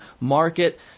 market